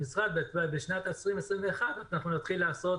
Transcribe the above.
בשנת 2021 נתחיל לעשות